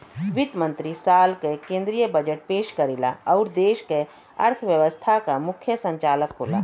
वित्त मंत्री साल क केंद्रीय बजट पेश करेला आउर देश क अर्थव्यवस्था क मुख्य संचालक होला